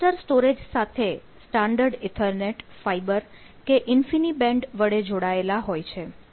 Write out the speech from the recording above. આ cluster storage સાથે standard ethernet fibre કે infiniband વડે જોડાયેલા હોય છે